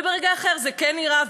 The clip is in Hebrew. וברגע אחר זה כן נראה,